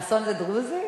חסון זה דרוזי?